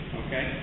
okay